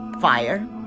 fire